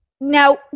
now